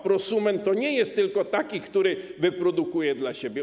Prosument to nie jest tylko ktoś taki, kto wyprodukuje dla siebie.